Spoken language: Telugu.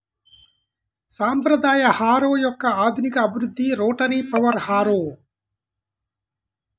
సాంప్రదాయ హారో యొక్క ఆధునిక అభివృద్ధి రోటరీ పవర్ హారో